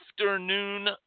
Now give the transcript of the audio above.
afternoon